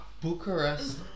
Bucharest